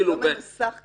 לא, זה לא מנוסח ככה.